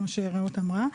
כמו שרעות אמרה,